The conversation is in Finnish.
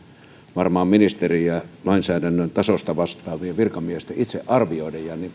varmaan ministerien ja lainsäädännön tasosta vastaavien virkamiesten itse arvioida ja